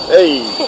Hey